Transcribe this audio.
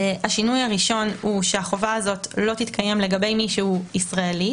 השינוי הראשון הוא שהחובה הזאת לא תתקיים לגבי מי שהוא ישראלי,